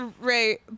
Right